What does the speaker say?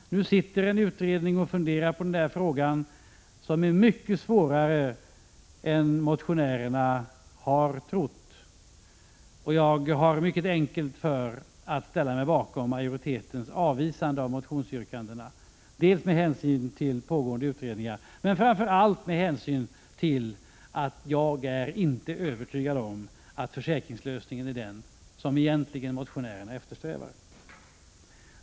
Nu sitter en utredning och funderar på den frågan, som är mycket svårare än motionärerna har trott. Jag har mycket lätt för att ställa mig bakom majoritetens avvisande av motionsyrkandena, dels med hänsyn till pågående = Prot. 1985/86:125 utredningar, dels — och framför allt — med hänsyn till att jag inte är övertygad 23 april 1986 om att försäkringslösningen är den som motionärerna egentligen eftersträvar.